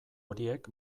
horiek